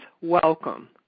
welcome